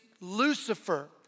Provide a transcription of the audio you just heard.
Lucifer